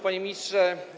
Panie Ministrze!